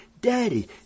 Daddy